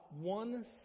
one